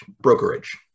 brokerage